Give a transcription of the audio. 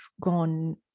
gone